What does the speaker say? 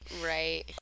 right